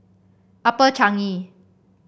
Upper Changi